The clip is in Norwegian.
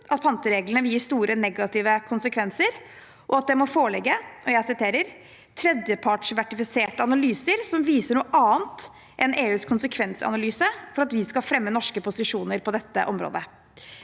at pantereglene vil gi store negative konsekvenser, og at det må foreligge «tredjepartsverifiserte analyser som viser noe annet enn EUs konsekvensanalyse for at vi skal fremme norske posisjoner på området».